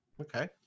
Okay